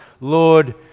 Lord